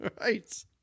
Right